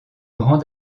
grand